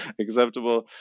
acceptable